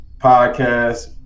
podcast